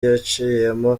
yaciyemo